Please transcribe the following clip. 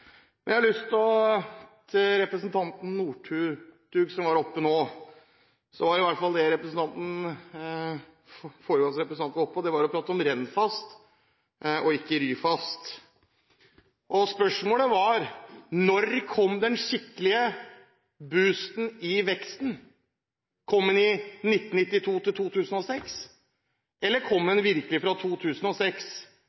Men jeg har lyst til å si til representanten Nordtun, som var oppe og pratet om Rennfast og ikke Ryfast, at spørsmålet var: Når kom den skikkelige «boost»-en i veksten? Kom den i 1992–2006, eller kom